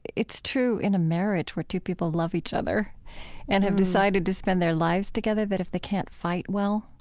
it's true in a marriage where two people love each other and have decided to spend their lives together that, if they can't fight well,